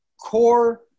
core